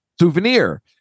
Souvenir